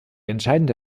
entscheidende